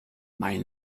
mein